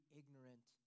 ignorant